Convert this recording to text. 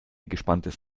gespanntes